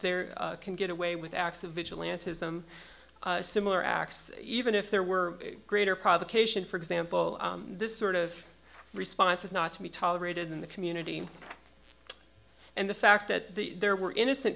they're can get away with acts of vigilantism similar acts even if there were greater provocation for example this sort of response is not to be tolerated in the community and the fact that there were innocent